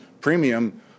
premium